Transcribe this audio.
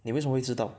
你为什么会知道